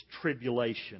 tribulation